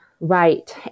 Right